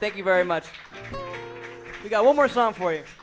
thank you very much we got one more song for